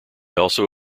also